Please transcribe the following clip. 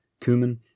cumin